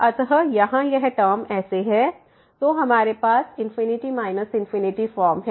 अतः यहाँ यह टर्म x→∞1ln 1 1x ∞ तो हमारे पास ∞∞ फॉर्म है